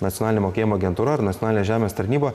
nacionalinė mokėjimų agentūra ar nacionalinė žemės tarnyba